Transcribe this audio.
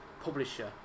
publisher